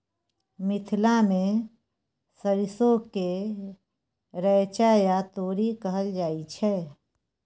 मिथिला मे सरिसो केँ रैचा या तोरी कहल जाइ छै